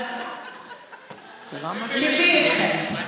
אז ליבי איתכם.